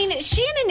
Shannon